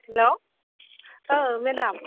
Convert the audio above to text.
हेल' ओ मेडाम